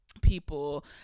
people